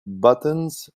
buttons